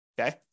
okay